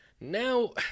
now